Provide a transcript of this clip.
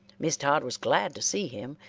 miss todd was glad to see him,